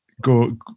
go